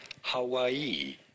Hawaii